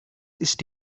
ist